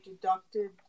deducted